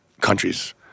countries